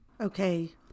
okay